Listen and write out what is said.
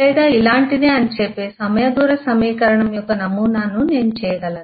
లేదా ఇలాంటిదే అని చెప్పే సమయ దూర సమీకరణం యొక్క నమూనాను నేను చేయగలను